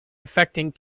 affecting